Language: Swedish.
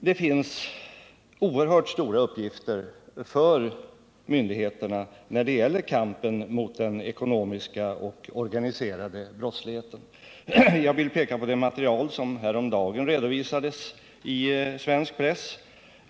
Den finns oerhört stora uppgifter för myndigheterna när det gäller kampen mot den ekonomiska och organiserade brottsligheten. Jag vill peka på det material som häromdagen redovisades i svensk press.